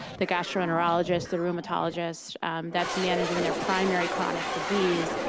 the gastroenterologist, the rheumatologist that's managing their primary chronic disease,